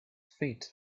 fit